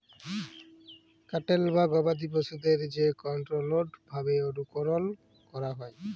cattle বা গবাদি পশুদের যে কনটোরোলড ভাবে অনুকরল ক্যরা হয়